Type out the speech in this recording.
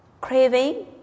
craving